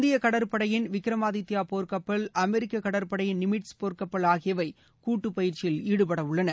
இந்திய கடற்படையின் விக்கிரமாதித்யா போர் கப்பல் அமெரிக்க கடற்படையின் நிமிட்ஸ் போர் கப்பல் ஆகியவை கூட்டு பயிற்சியில் ஈடுபடவுள்ளன